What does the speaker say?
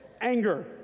anger